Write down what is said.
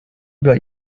über